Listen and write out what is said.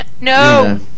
No